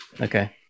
Okay